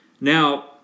now